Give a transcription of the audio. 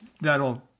that'll